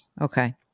Okay